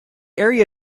area